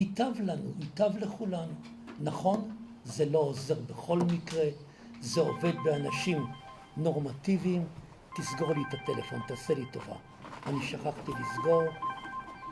איטב לנו, איטב לכולם, נכון? זה לא עוזר בכל מקרה. זה עובד באנשים נורמטיביים. תסגור לי את הטלפון, תעשה לי טובה. אני שכחתי לסגור.